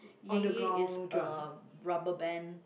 yay yay is a rubber band